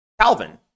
Calvin